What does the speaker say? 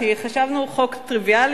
כי חשבנו שזה חוק טריוויאלי,